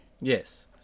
Yes